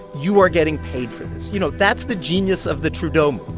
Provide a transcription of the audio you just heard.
you are getting paid for this. you know, that's the genius of the trudeau um